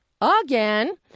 Again